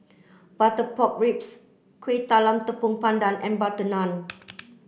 butter pork ribs Kuih Talam Tepong Pandan and butter naan